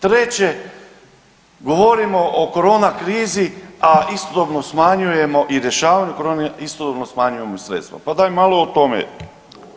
Treće, govorimo o korona krizi, a istodobno smanjujemo i rješavanje korone, istodobno smanjujemo i sredstva, pa daj malo o tome.